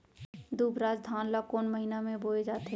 दुबराज धान ला कोन महीना में बोये जाथे?